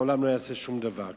העולם לא יעשה שום דבר,